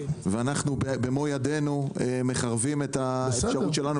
ובמו ידינו אנחנו מחרבים את האפשרות שלנו